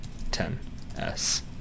10S